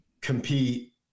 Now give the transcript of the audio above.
compete